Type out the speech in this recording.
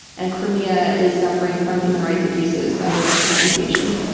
and crimea is suffering from human rights abuses under russian occupation.